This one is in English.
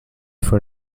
for